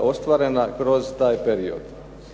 ostvarena kroz taj period.